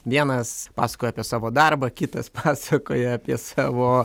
vienas pasakoja apie savo darbą kitas pasakoja apie savo